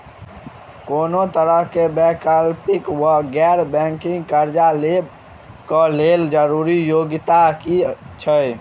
कोनो तरह कऽ वैकल्पिक वा गैर बैंकिंग कर्जा लेबऽ कऽ लेल जरूरी योग्यता की छई?